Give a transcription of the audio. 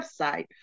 website